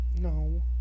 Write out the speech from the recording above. No